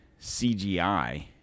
CGI